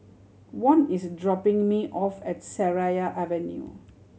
Von is dropping me off at Seraya Avenue